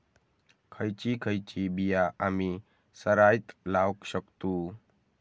खयची खयची बिया आम्ही सरायत लावक शकतु?